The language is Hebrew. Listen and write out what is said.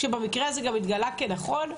שבמקרה הזה גם התגלה כנכון.